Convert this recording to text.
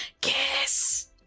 Kiss